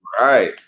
Right